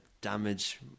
damage